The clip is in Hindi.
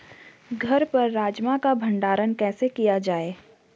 घर पर राजमा का भण्डारण कैसे किया जाय?